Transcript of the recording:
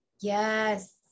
Yes